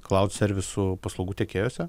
klaud servisų paslaugų tiekėjose